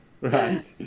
right